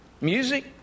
Music